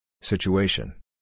Situation